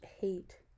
hate